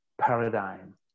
paradigm